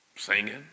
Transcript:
Singing